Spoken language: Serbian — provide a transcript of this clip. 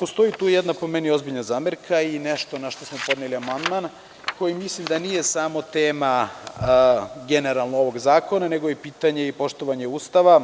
Postoji tu, po meni, jedna ozbiljna zamerka i nešto na šta smo podneli amandman, koji mislim da nije samo tema generalno ovog zakona, nego je i pitanje i poštovanje Ustava